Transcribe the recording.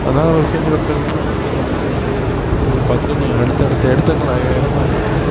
அதனால் விசேஷ நாட்கள் இல்லாமல் போய் பார்த்தீங்கன்னா உங்களுக்கு வந்து கோயில் பார்த்துட்டு நீங்கள் அடுத்தடுத்த இடத்துங்கள இடங்கள நிறைய பார்க்கலாம்